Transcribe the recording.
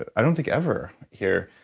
i don't think ever here.